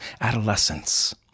adolescence